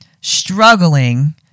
struggling